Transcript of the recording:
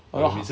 !wah!